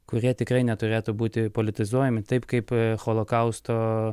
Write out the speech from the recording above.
kurie tikrai neturėtų būti politizuojami taip kaip holokausto